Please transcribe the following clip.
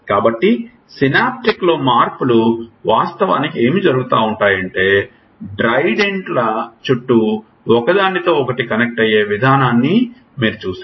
కాబట్టి సినాప్టిక్లో మార్పులు వాస్తవానికి ఏమి జరుగుతుందంటే డెండ్రైట్ల చుట్టూ ఒకదానితో ఒకటి కనెక్ట్ అయ్యే విధానాన్ని మీరు చూశారు